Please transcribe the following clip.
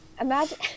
Imagine